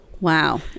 Wow